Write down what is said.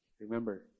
Remember